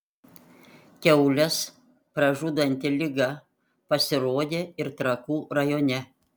kiaules pražudanti liga pasirodė ir trakų rajone